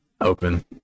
open